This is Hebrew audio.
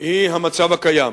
היא המצב הקיים,